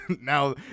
now